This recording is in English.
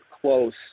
close